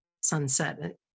sunset